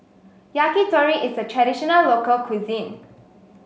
Yakitori is a traditional local cuisine